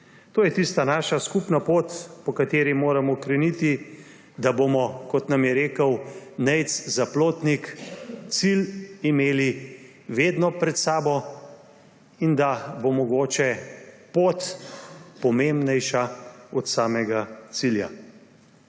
To je tista naša skupna pot, po kateri moramo kreniti, da bomo, kot nam je rekel Nejc Zaplotnik, cilj imeli vedno pred sabo in da bo mogoče pot pomembnejša od samega cilja.